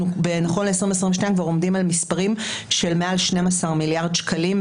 נכון ל-2022 אנחנו כבר עומדים על מספרים של למעלה מ-12 מיליארד שקלים,